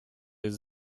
jest